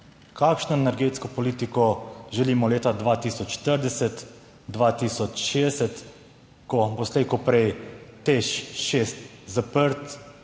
kakšno energetsko politiko želimo leta 2040, 2060, ko bo slej ko prej TEŠ šest zaprt,